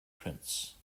prince